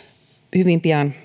hyvin pian